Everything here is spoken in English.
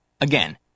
Again